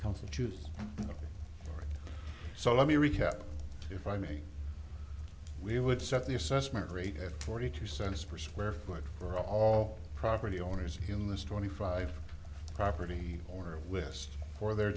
constitute so let me recap if i may we would set the assessment rate at forty two cents per square foot for all property owners in this twenty five property or list for their